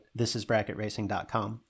thisisbracketracing.com